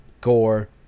Gore